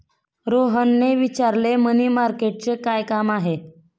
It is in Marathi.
रोहनने विचारले, मनी मार्केटचे काय काम आहे?